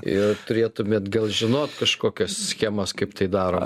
ir turėtumėt gal žinot kažkokias schemas kaip tai daro